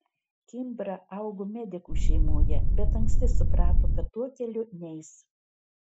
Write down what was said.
kimbra augo medikų šeimoje bet anksti suprato kad tuo keliu neis